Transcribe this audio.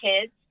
kids